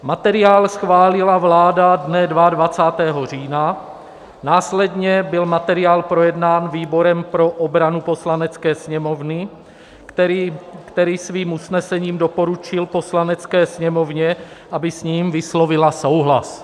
Materiál schválila vláda dne 22. října, následně byl materiál projednán výborem pro obranu Poslanecké sněmovny, který svým usnesením doporučil Poslanecké sněmovně, aby s ním vyslovila souhlas.